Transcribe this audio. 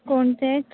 कोणते आहेत